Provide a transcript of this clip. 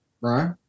Right